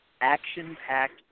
action-packed